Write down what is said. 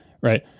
right